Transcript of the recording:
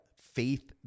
faith